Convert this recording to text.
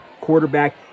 quarterback